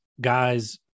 guys